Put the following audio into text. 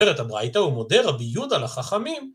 ‫את הברייתא, ‫ומודה רבי יהודה לחכמים.